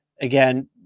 again